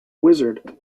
wizard